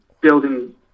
building